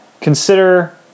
consider